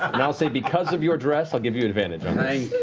and i'll say, because of your dress, i'll give you advantage on